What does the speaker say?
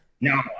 no